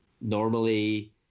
Normally